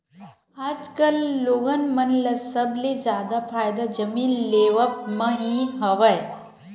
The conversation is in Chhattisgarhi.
आजकल लोगन मन ल सबले जादा फायदा जमीन लेवब म ही हवय